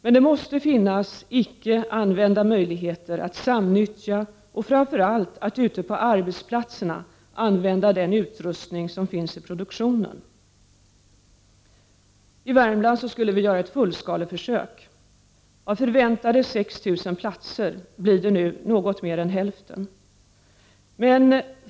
Men det måste finnas icke använda möjligheter att samnyttja och, framför allt, att ute på arbetsplatserna använda den utrustning som finns i produktionen. I Värmland skulle vi göra ett fullskaleförsök. Av förväntade 6 000 platser blir det nu något mer än hälften.